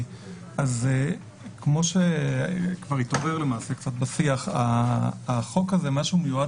כמו שכבר התעורר בשיח מה שהחוק הזה נועד